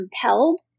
compelled